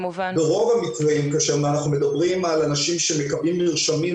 ברוב המקרים אנחנו מדברים על אנשים שמקבלים מרשמים